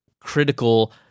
critical